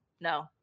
No